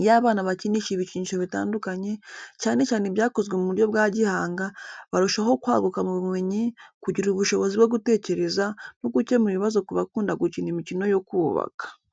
Iyo abana bakinisha ibikinisho bitandukanye, cyane cyane ibyakozwe mu buryo bwa gihanga, barushaho kwaguka mu bumenyi, kugira ubushobozi bwo gutekereza, no gukemura ibibazo ku bakunda gukina imikino yo kubaka.